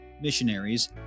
missionaries